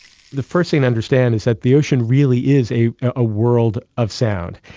the first thing to understand is that the ocean really is a ah world of sound,